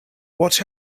watch